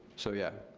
so yeah.